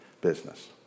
business